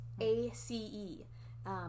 A-C-E